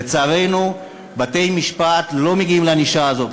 לצערנו, בתי-המשפט לא מגיעים לענישה הזאת.